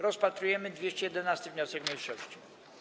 Rozpatrujemy 211. wniosek mniejszości.